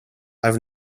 have